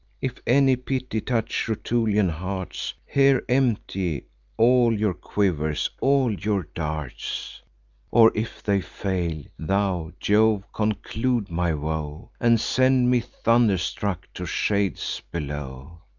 if any pity touch rutulian hearts, here empty all your quivers, all your darts or, if they fail, thou, jove, conclude my woe, and send me thunderstruck to shades below!